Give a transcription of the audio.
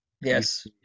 Yes